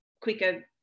quicker